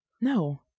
No